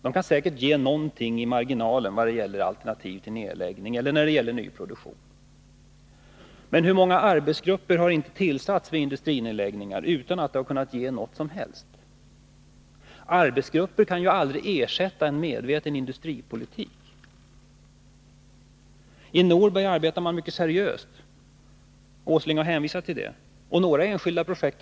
De kan säkert ge någonting i marginalen när det gäller alternativ till nedläggning eller nyproduktion. Men hur många arbetsgrupper har inte tillsatts vid industrinedläggningar utan att de har kunnat ge någonting? Arbetsgrupper kan ju aldrig ersätta en medveten industripolitik. I Norberg arbetar man mycket seriöst — Nils Åsling har hänvisat till det — och det har givit några enskilda projekt.